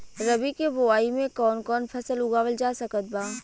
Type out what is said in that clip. रबी के बोआई मे कौन कौन फसल उगावल जा सकत बा?